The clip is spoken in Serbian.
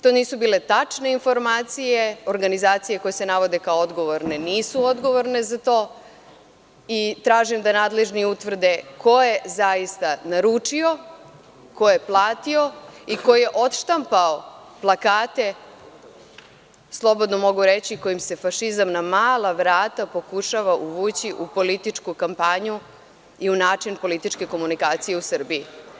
To nisu bile tačne informacije, organizacije koje se navode kao odgovorne nisu odgovorne za to i tražim da nadležni utvrde ko je zaista naručio, ko je platio i ko je odštampao plakate, slobodno mogu reći, kojim se fašizam na mala vrata pokušava uvući u političku kampanju i u način političke komunikacije u Srbiji.